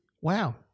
wow